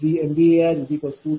003 p